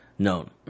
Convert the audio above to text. known